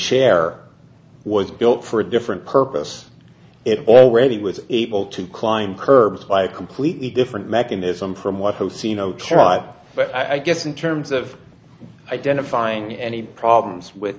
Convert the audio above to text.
chair was built for a different purpose it already was able to climb curbs by a completely different mechanism from what i've seen but i guess in terms of identifying any problems with